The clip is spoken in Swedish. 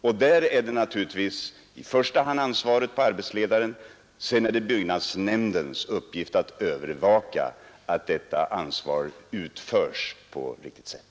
Där ligger ansvaret naturligtvis i första hand på arbetsledaren; sedan är det byggnadsnämndens uppgift att övervaka att han verkligen tar detta ansvar.